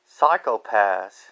Psychopaths